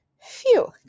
Phew